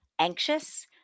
anxious